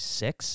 six